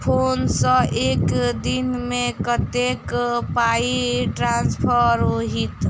Phone सँ एक दिनमे कतेक पाई ट्रान्सफर होइत?